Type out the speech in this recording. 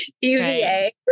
UVA